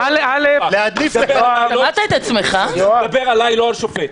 מחקירות --- תדבר עליי, לא על שופט.